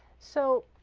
so